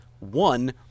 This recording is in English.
one